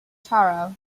taro